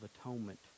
atonement